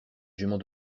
jument